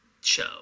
show